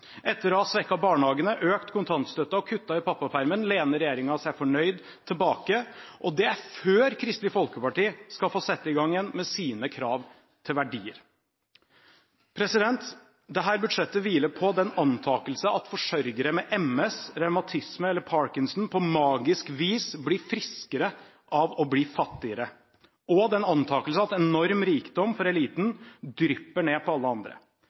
Etter å ha svekket barnehagene, økt kontantstøtten og kuttet i pappapermen lener regjeringen seg fornøyd tilbake – og det er før Kristelig Folkeparti igjen skal få sette i gang med sine krav til verdier. Dette budsjettet hviler på den antakelsen at forsørgere med MS, revmatisme eller parkinson på magisk vis blir friskere av å bli fattigere, og den antakelsen at enorm rikdom for eliten drypper ned på alle andre.